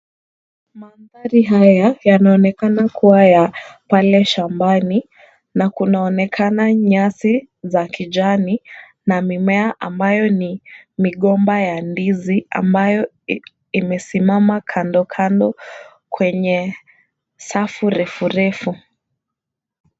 Mandhari haya yanaonekana kuwa ya pale shambani na kunaonekana nyasi za kijani na mimea ambayo ni migomba ya ndizi ambayo imesimama kando kando kwenye safu refu refu.